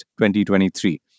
2023